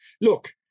Look